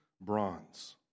bronze